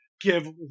give